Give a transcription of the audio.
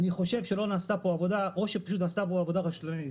אני חושב שלא נעשתה פה עבודה או שפשוט נעשתה פה עבודה רשלנית.